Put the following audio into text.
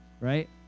right